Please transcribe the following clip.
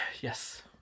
yes